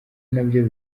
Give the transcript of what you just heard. nabyo